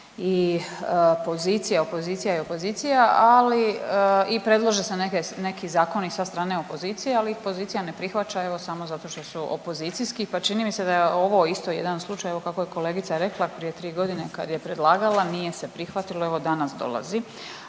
opozicija i opozicija, ali i predlože se neki zakoni sa strane opozicije ali ih pozicija ne prihvaća evo samo zato što su opozicijski pa čini mi se da je ovo isto jedan slučaj evo kako je kolegica rekla prije 3 godine kad je predlagala nije se prihvatilo evo danas dolazi,